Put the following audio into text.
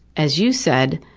as you said,